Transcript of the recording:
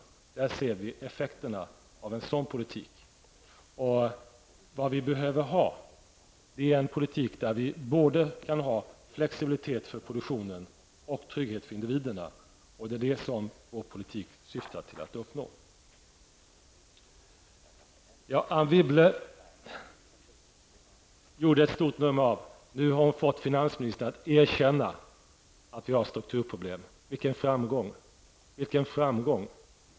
I Östeuropa ser vi effekerna av en sådan politik. Det vi behöver ha är en politik som ger utrymme för både flexibilitet för produktionen och trygghet för individerna. Det är det som vår politik syftar till att uppnå. Anne Wibble gjorde ett stort nummer av, som hon sade, att hon nu har fått finansministern att erkänna att vi har strukturproblem. Vilken framgång!